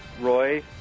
Roy